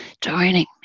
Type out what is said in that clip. joining